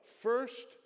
First